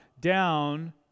down